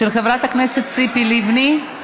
של חברת הכנסת ציפי לבני.